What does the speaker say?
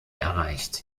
erreicht